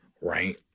right